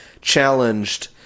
challenged